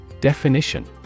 Definition